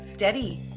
steady